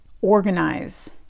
organize